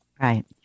Right